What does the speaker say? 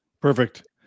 Perfect